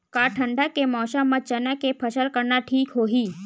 का ठंडा के मौसम म चना के फसल करना ठीक होही?